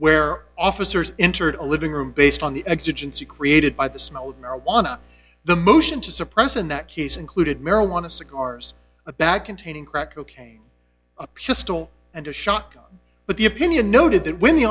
where officers entered a living room based on the exigency created by the smell of marijuana the motion to suppress in that case included marijuana cigars a bag containing crack cocaine a pistol and a shock but the opinion noted that when the